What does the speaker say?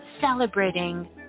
Celebrating